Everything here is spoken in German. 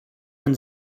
man